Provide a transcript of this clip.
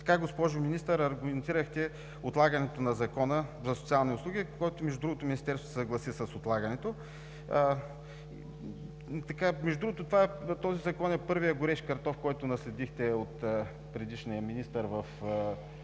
Така, госпожо Министър, аргументирахте отлагането на Закона за социални услуги, между другото Министерството се съгласи с отлагането. Между другото този закон е първият горещ картоф, който наследихте от предишния министър в